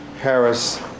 Harris